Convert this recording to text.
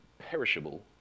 perishable